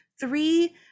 three